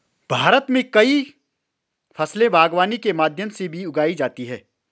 भारत मे कई फसले बागवानी के माध्यम से भी उगाई जाती है